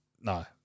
No